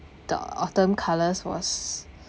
the autumn colours was